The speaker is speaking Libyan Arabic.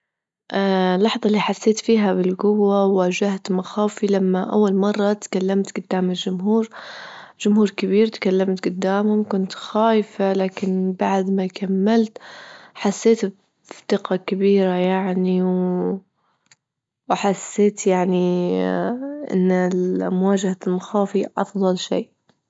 اللحظة اللي حسيت فيها بالجوة وواجهت مخاوفي لما أول مرة تكلمت جدام الجمهور، جمهور كبير تكلمت جدامهم كنت خايفة، لكن بعد ما كملت حسيت بثقة كبيرة يعني، وحسيت يعني إن المواجهة المخاوف هي أفضل شي.